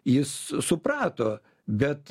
jis suprato bet